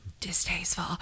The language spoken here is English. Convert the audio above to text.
distasteful